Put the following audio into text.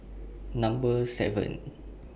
Number seven